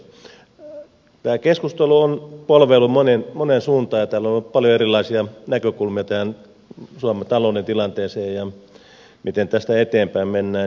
tämä keskustelu on polveillut moneen suuntaan ja täällä on ollut paljon erilaisia näkökulmia suomen talouden tilanteeseen ja siihen miten tästä eteenpäin mennään